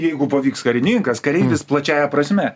jeigu pavyks karininkas kareivis plačiąja prasme